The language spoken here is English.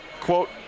quote